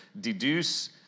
deduce